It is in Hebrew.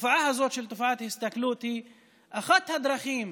התופעה הזאת, תופעת ההסתכלות, היא אחת הדרכים